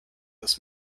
this